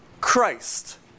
Christ